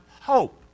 hope